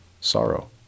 sorrow